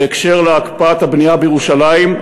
בהקשר של הקפאת הבנייה בירושלים,